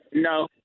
No